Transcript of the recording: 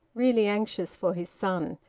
really anxious for his son.